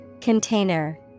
Container